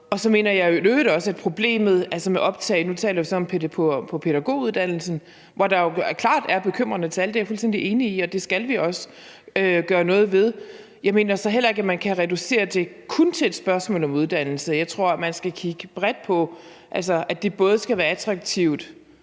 Så mener jeg i øvrigt også, at problemet med optag – nu taler vi så om optaget på pædagoguddannelsen, hvor der jo klart er bekymrende tal; det er jeg fuldstændig enig i, og det skal vi også gøre noget ved – ikke kan reduceres til kun at være et spørgsmål om uddannelse. Jeg tror, man skal kigge bredt på det, altså at det både skal være attraktivt